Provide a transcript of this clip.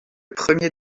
premier